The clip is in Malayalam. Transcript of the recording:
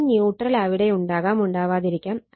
ഈ ന്യൂട്രൽ അവിടെയുണ്ടാകാം ഉണ്ടാവാതിരിക്കാം